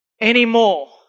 anymore